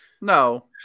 No